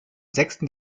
sechsten